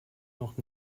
noch